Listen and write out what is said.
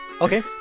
Okay